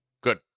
Good